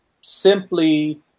simply